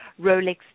Rolex